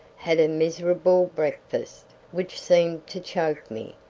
had a miserable breakfast, which seemed to choke me,